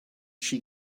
she